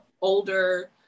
older